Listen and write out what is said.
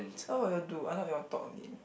now what you all do I thought you all talk only